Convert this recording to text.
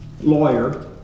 lawyer